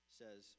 says